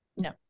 No